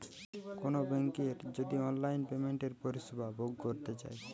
কোনো বেংকের যদি অনলাইন পেমেন্টের পরিষেবা ভোগ করতে চাই